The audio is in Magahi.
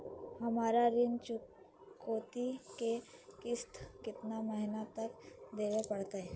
हमरा ऋण चुकौती के किस्त कितना महीना तक देवे पड़तई?